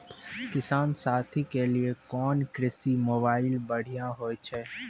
किसान साथी के लिए कोन कृषि मोबाइल बढ़िया होय छै?